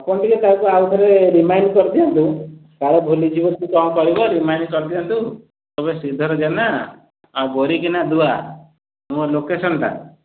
ଆପଣ ଟିକେ କାହାକୁ ଆଉ ଥରେ ରିମାଇଣ୍ଡ କରି ଦିଅନ୍ତୁ କାଳେ ଭୁଲି ଯିବ କି କ'ଣ କରିବ ରିମାଇଣ୍ଡ କରି ଦିଅନ୍ତୁ କହିବେ ଶ୍ରୀଧର ଜେନା ଆଉ ବୋରିକିନା ଦୁଆ ମୋ ଲୋକେସନଟା